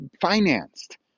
financed